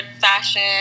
fashion